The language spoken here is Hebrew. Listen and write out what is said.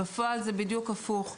בפועל זה בדיוק הפוך,